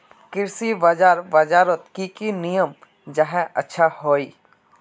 कृषि बाजार बजारोत की की नियम जाहा अच्छा हाई?